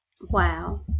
Wow